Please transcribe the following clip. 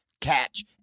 Catch